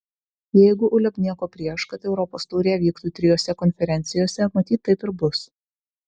jeigu uleb nieko prieš kad europos taurė vyktų trijose konferencijose matyt taip ir bus